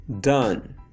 done